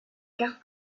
carte